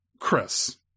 Chris